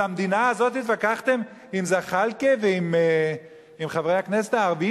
על המדינה הזאת התווכחתם עם זחאלקה ועם חברי הכנסת הערבים,